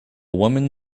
woman